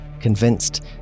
convinced